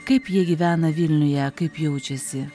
kaip jie gyvena vilniuje kaip jaučiasi